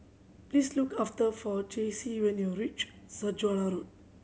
please look after Jaycie when you reach Saujana Road